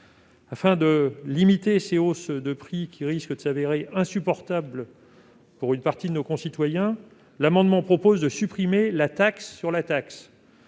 Afin de limiter ces hausses de prix qui risquent de se révéler insupportables pour une partie de nos concitoyens, l'amendement tend à supprimer la « taxe sur la taxe